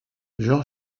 jean